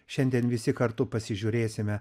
šiandien visi kartu pasižiūrėsime